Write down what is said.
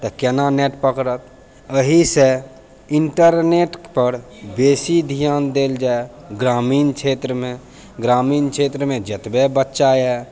तऽ कोना नेट पकड़त एहीसँ इन्टरनेटपर बेसी धियान देल जाइ ग्रामीण क्षेत्रमे ग्रामीण क्षेत्रमे जतबे बच्चा अइ